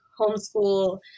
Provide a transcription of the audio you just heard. homeschool